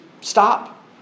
stop